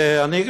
ואני,